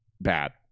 bad